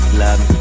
love